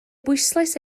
bwyslais